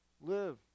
live